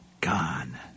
gone